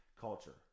Culture